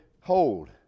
hold